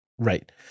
Right